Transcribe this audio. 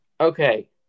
Okay